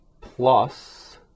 plus